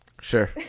Sure